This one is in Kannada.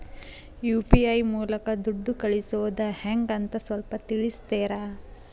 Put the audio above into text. ಯು.ಪಿ.ಐ ಮೂಲಕ ದುಡ್ಡು ಕಳಿಸೋದ ಹೆಂಗ್ ಅಂತ ಸ್ವಲ್ಪ ತಿಳಿಸ್ತೇರ?